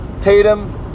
Tatum